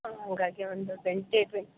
ಹಂಗಾಗಿ ಒಂದು twenty twenty